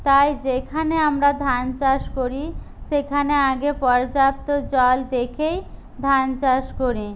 তাই যেখানে আমরা ধান চাষ করি সেখানে আগে পর্যাপ্ত জল দেখেই ধান চাষ করি